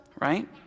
Right